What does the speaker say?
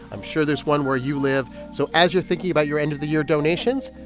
i'm sure there's one where you live. so as you're thinking about your end-of-the-year donations,